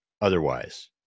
Otherwise